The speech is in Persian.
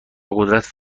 قدرت